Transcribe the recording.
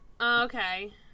Okay